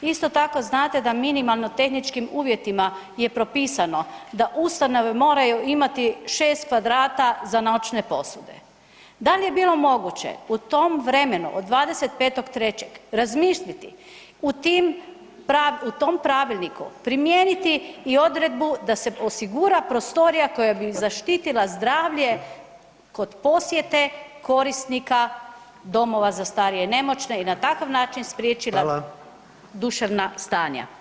Isto tako znate da minimalno tehničkim uvjetima je propisano da ustanova moraju imati 6 kvadrata za noćne ... Da li je bilo moguće u tom vremenu od 25.3. razmisliti u tim, u tom pravilniku primijeniti i odredbu da se osigura prostorija koja bi zaštitila zdravlje kod posjete korisnika domova za starije i nemoćne i na takav način spriječiti ta [[Upadica: Hvala.]] duševna stanja.